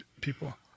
people